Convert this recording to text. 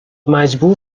مجبور